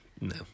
No